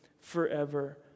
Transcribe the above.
forever